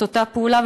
את אותה פעולה,